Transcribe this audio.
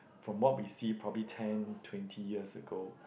from what we see probably ten twenty years ago